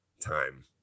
time